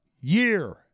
Year